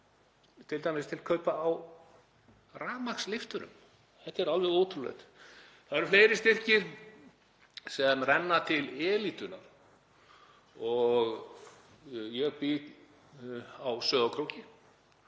t.d. til kaupa á rafmagnslyfturum. Þetta er alveg ótrúlegt. Það eru fleiri styrkir sem renna til elítunnar. Ég bý á Sauðárkróki